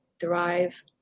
thrive